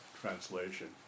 translation